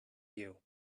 you